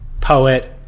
poet